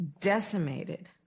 decimated